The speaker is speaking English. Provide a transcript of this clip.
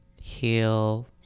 heal